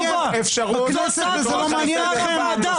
אתה לא עושה לאף אחד טובה.